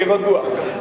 תהיה רגוע,